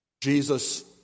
Jesus